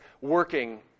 working